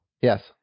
Yes